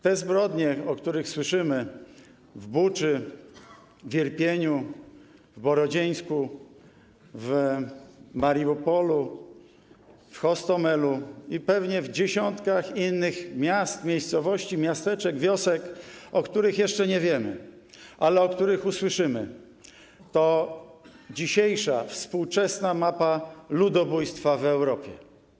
Te zbrodnie, o których słyszymy, w Buczy, w Irpieniu, w Borodziance, w Mariupolu, w Hostomlu i pewnie w dziesiątkach innych miast, miejscowości, miasteczek, wiosek, o których jeszcze nie wiemy, ale o których usłyszymy, to dzisiejsza, współczesna mapa ludobójstwa w Europie.